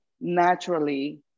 naturally